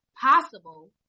possible